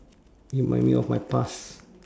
you remind me of my past